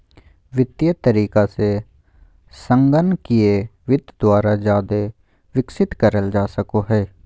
वित्तीय तरीका से संगणकीय वित्त द्वारा जादे विकसित करल जा सको हय